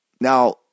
Now